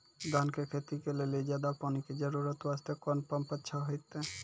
धान के खेती के लेली ज्यादा पानी के जरूरत वास्ते कोंन पम्प अच्छा होइते?